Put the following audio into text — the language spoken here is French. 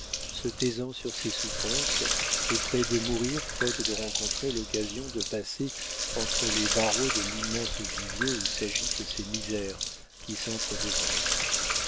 se taisant sur ses souffrances et près de mourir faute de rencontrer l'occasion de passer entre les barreaux de l'immense vivier où s'agitent ces misères qui sentre dévorent